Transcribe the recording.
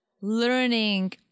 learning